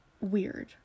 Weird